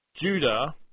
Judah